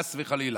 חס וחלילה".